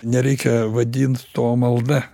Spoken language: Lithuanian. nereikia vadint to malda